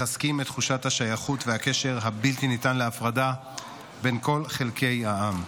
מחזקים את תחושת השייכות והקשר הבלתי-ניתן להפרדה בין כל חלקי העם.